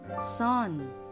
Son